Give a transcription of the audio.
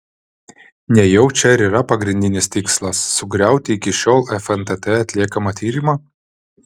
nejau čia ir yra pagrindinis tikslas sugriauti iki šiol fntt atliekamą tyrimą